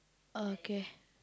okay